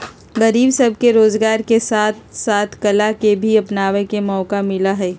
गरीब सब के रोजगार के साथ साथ कला के भी अपनावे के मौका मिला हई